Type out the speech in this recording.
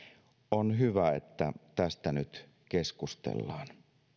on hyvä että tästä nyt keskustellaan